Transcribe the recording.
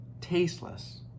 tasteless